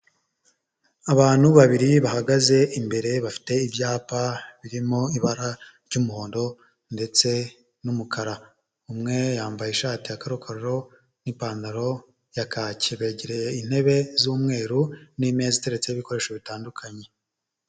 Abantu babiri bahagaze imbere bafite ibyapa birimo ibara ry'umuhondo ndetse n'umukara, umwe yambaye ishati karoko n'ipantaro ya kaki, begereye intebe z'umweru n'imeteretse ibikoresho bitandukanye.